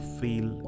feel